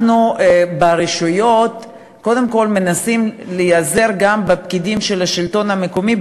אנחנו ברשויות קודם כול מנסים להיעזר גם בפקידים של השלטון המקומי,